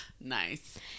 Nice